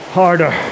harder